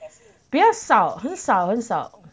比较少很少很少